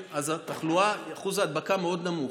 אז אחוז ההדבקה מאוד נמוך.